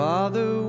Father